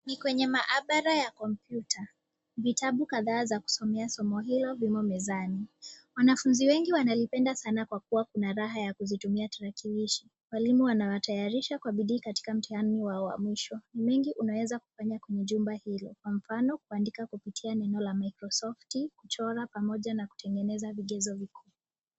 Ni kwenye mahabara ya kompyuta, vitabu kadhaa za kusomea somo hilo limo mezani. Wanafuzi wengi wanalipenda sana kwa kuwa kuna raha ya kuzitumia tarakilishi. Walimu wanawatayarishi kwa bidii katika mtihani wao wa mwisho. Mengi unaeza kufanya kwa jumba hilo, kwa mfano kuandika kupitia neno la microsoft , kuchora pamoja na kutegeneza vigezo viku...